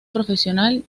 profesional